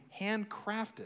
handcrafted